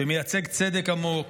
שמייצג צדק עמוק,